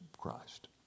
Christ